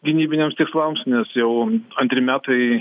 gynybiniams tikslams nes jau antri metai